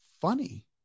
funny